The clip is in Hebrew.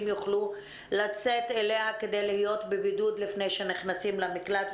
יוכלו לצאת אליה כדי להיות בבידוד לפני שנכנסים למקלט.